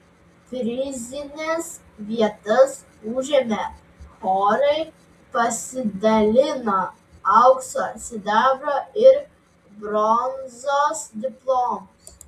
prizines vietas užėmę chorai pasidalino aukso sidabro ir bronzos diplomus